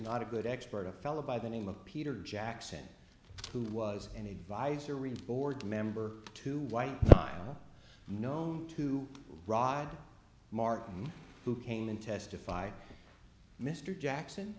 not a good expert a fellow by the name of peter jackson who was an advisory board member to white tile known to rod martin who came in testified mr jackson